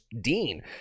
Dean